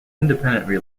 independently